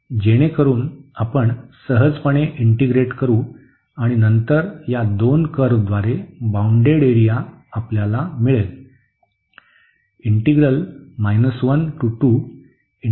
जेणेकरून आपण सहजपणे इंटीग्रेट करू आणि नंतर या दोन कर्व्हद्वारे बाउंडेड एरिया आपल्याला मिळेल